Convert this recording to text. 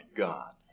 god